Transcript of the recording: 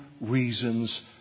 reasons